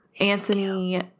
Anthony